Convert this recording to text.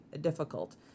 difficult